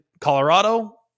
Colorado